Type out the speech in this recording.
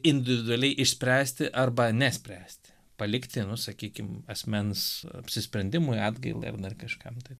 individualiai išspręsti arba nespręsti palikti nu sakykim asmens apsisprendimui atgailai ar dar kažkam tai